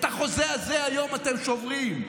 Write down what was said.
את החוזה הזה היום אתם שוברים.